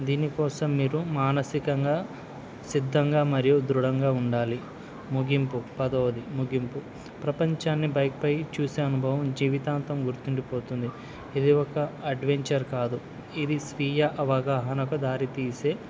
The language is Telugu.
దీనికోసం మీరు మానసికంగా సిద్ధంగా మరియు దృఢంగా ఉండాలి ముగింపు పదవది ముగింపు ప్రపంచాన్ని బైక్పై చూసే అనుభవం జీవితాంతం గుర్తుండిపోతుంది ఇది ఒక అడ్వెంచర్ కాదు ఇది స్వీయ అవగాహనకు దారి తీసే